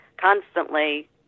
constantly